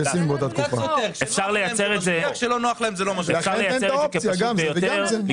אפשר לייצר את זה כפשוט ביותר.